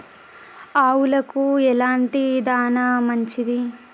ఆవులకు ఎలాంటి దాణా మంచిది?